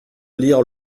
lire